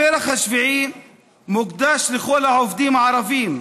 הפרח השביעי מוקדש לכל העובדים הערבים,